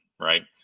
right